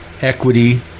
equity